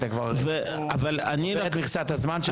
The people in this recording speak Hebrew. אתה כבר עובר את מכסת הזמן שלך.